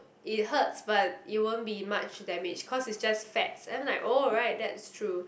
it hurts but it won't be much damage cause is just fats then like oh right that's true